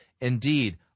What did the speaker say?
Indeed